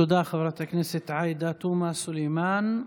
תודה, חברת הכנסת עאידה תומא סלימאן.